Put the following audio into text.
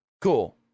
cool